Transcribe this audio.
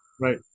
right